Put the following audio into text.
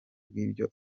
rw’ibyo